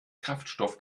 kraftstoff